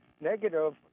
negative